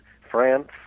France